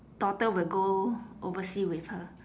daughter will go oversea with her